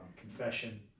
confession